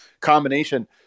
combination